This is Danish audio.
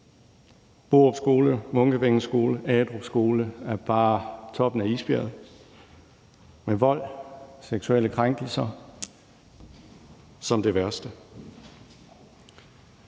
Borup Skole, Munkevængets Skole og Agedrup Skole er bare toppen af isbjerget med vold og, som det værste,